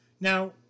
Now